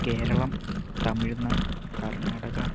Keralam Tamil Nadu Karnataka